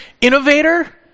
innovator